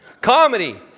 comedy